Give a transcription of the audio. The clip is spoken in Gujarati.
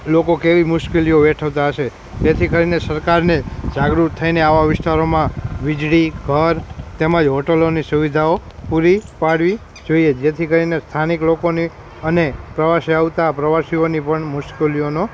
એ લોકો કેવી મુશ્કેલીઓ વેઠતાં હશે તેથી કરીને સરકારને જાગૃત થઇને આવા વિસ્તારોમાં વીજળી ઘર તેમજ હોટૅલોની સુવિધાઓ પૂરી પાડવી જોઈએ જેથી કરીને સ્થાનિક લોકોને અને પ્રવાસે આવતા પ્રવાસીઓની પણ મુશ્કેલીઓનો